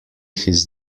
his